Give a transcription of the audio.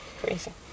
crazy